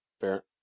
Fair